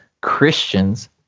Christians